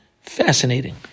Fascinating